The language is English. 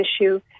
issue